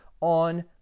on